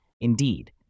Indeed